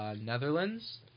Netherlands